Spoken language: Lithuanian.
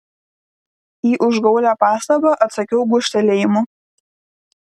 į užgaulią pastabą atsakiau gūžtelėjimu